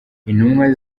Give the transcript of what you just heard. intumwa